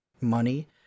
money